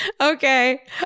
Okay